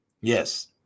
Yes